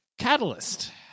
Catalyst